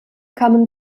kamen